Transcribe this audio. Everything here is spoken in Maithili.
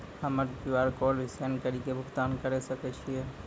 हम्मय क्यू.आर कोड स्कैन कड़ी के भुगतान करें सकय छियै?